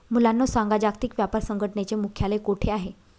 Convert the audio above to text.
मुलांनो सांगा, जागतिक व्यापार संघटनेचे मुख्यालय कोठे आहे